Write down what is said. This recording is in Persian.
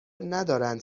ندارند